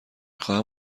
خواهم